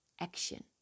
action